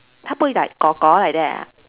他不会 like like that ah